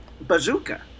bazooka